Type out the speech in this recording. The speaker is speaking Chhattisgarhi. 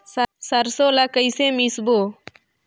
सरसो ला कइसे मिसबो?